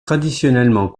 traditionnellement